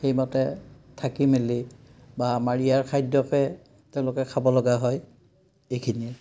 সেই মতে থাকি মেলি বা আমাৰ ইয়াৰ খাদ্যকে তেওঁলোকে খাব লগা হয় এইখিনিয়ে